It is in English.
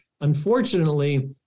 Unfortunately